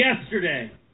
yesterday